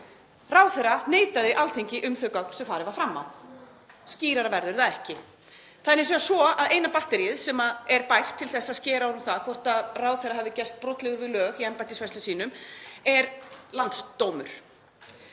Ráðherra neitaði Alþingi um þau gögn sem farið var fram á. Skýrara verður það ekki. Það er hins vegar svo að eina batteríið sem er bært til þess að skera úr um það hvort ráðherra hafi gerst brotlegur við lög í embættisfærslum sínum er landsdómur.